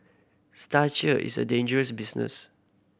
is a dangerous business